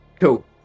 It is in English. Cool